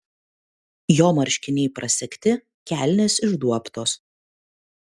jo marškiniai prasegti kelnės išduobtos